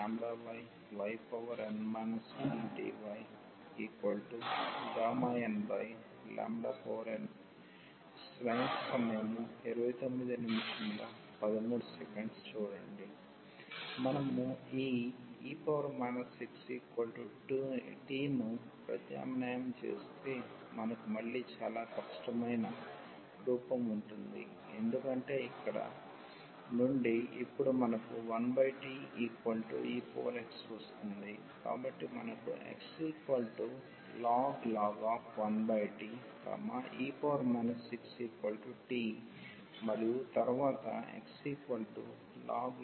0e λyyn 1dyΓnn మనము ఈ e xt ను ప్రత్యామ్నాయం చేస్తే మనకు మళ్ళీ చాలా కష్టమైన రూపం ఉంటుంది ఎందుకంటే ఇక్కడ నుండి ఇప్పుడు మనకు 1tex వస్తుంది కాబట్టి మనకు xln 1t e xt మరియు తరువాత xln 1t